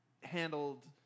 handled